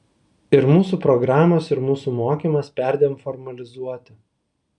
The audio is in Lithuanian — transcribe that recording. ir mūsų programos ir mūsų mokymas perdėm formalizuoti